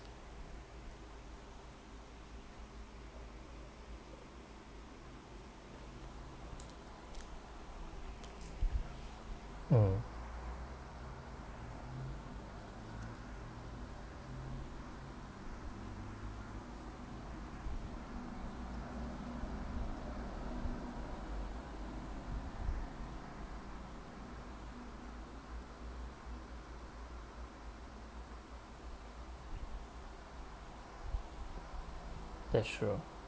mm that's true